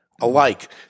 alike